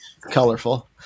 colorful